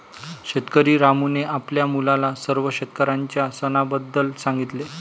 शेतकरी रामूने आपल्या मुलाला सर्व शेतकऱ्यांच्या सणाबद्दल सांगितले